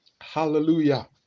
Hallelujah